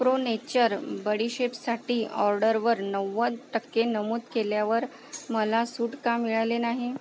pro nature बडीशेपसाठी ऑर्डरवर नव्वद टक्के नमूद केल्यावर मला सूट का मिळाली नाही